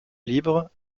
libre